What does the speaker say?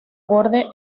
borde